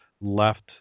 left